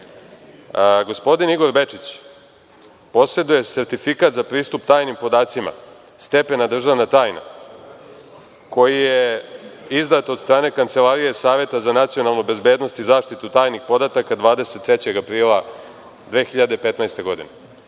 gospodin Igor Bečić poseduje sertifikat za pristup tajnim podacima, stepena „državna tajna“ koji je izdat od strane Kancelarije saveta za nacionalnu bezbednost i zaštitu tajnih podataka 23. aprila 2015. godine.